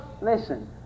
listen